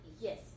Yes